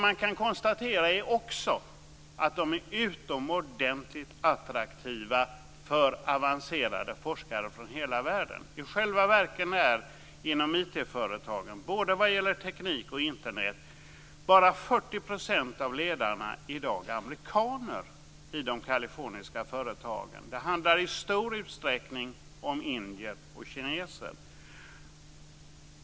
Man kan konstatera att de är utomordentligt attraktiva för avancerade forskare från hela världen. I själva verket är bara 40 % av ledarna inom IT-företagen, både vad gäller teknik och intranät, i dag amerikaner i de kaliforniska företagen. Det handlar i stor utsträckning om indier och kineser.